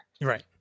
Right